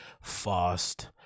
fast